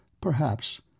Perhaps